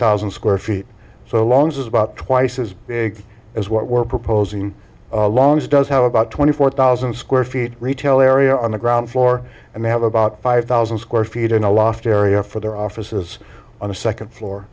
thousand square feet so long as it's about twice as big as what we're proposing long's does how about twenty four thousand square feet retail area on the ground floor and they have about five thousand square feet in a loft area for their offices on the second floor